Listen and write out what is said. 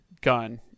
gun